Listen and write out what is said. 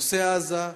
בנושא עזה,